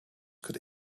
could